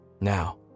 now